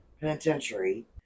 Penitentiary